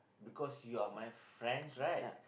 because you are my friends right